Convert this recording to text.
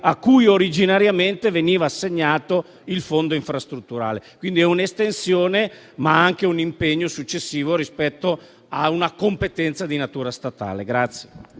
a cui originariamente veniva assegnato il fondo infrastrutturale. Quindi è un'estensione, ma anche un impegno successivo rispetto a una competenza di natura statale.